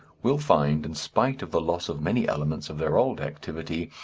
will find, in spite of the loss of many elements of their old activity,